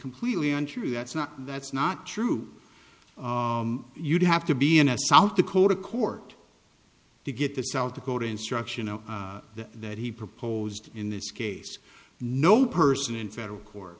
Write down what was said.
completely untrue that's not that's not true you'd have to be in a south dakota court to get the south dakota instruction that he proposed in this case no person in federal court